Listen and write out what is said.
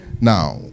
Now